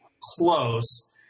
close